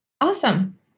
awesome